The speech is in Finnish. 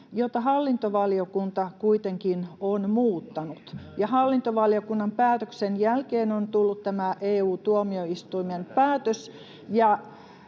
jota hallintovaliokunta kuitenkin on muuttanut. [Sebastian Tynkkysen välihuuto] Hallintovaliokunnan päätöksen jälkeen on tullut tämä EU-tuomioistuimen päätös,